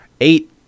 Eight